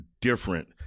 different